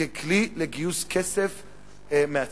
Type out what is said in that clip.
ככלי לגיוס כסף מהציבור.